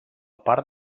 part